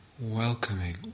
welcoming